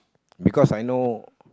because I know